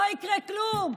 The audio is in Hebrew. לא יקרה כלום.